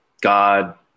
God